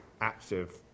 active